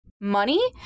money